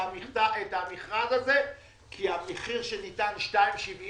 המכרז הזה כי המחיר שניתן, 2.70